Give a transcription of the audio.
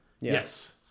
Yes